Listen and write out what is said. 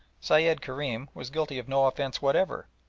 sayed kerim was guilty of no offence whatever,